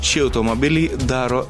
šį automobilį daro